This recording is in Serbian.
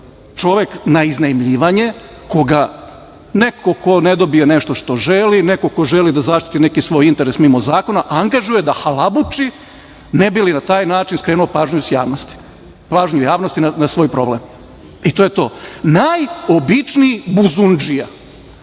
čovek na iznajmljivanje, koga neko ko ne dobije nešto što želi, neko ko želi da zaštiti neki svoj interes mimo zakona angažuje da halabuči ne bi li na taj način skrenuo pažnju javnosti na svoj problem. I to je to. Najobičniji buzundžija,